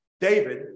David